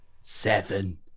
Seven